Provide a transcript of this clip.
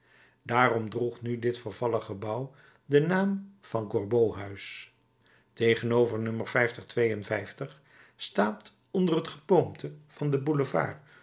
daarom droeg nu dit vervallen gebouw den naam van gorbeau huis tegen-over staat onder het geboomte van den boulevard